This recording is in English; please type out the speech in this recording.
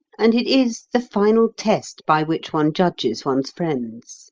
and it is the final test by which one judges one's friends.